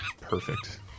Perfect